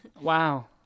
Wow